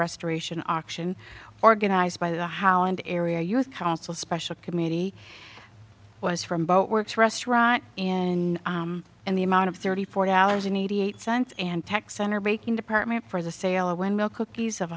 restoration auction organized by the howland area youth council special committee was from boat works restaurant in in the amount of thirty four dollars and eighty eight cents and tech center breaking department for the sale of windmill cookies of